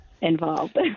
involved